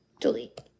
Delete